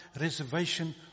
reservation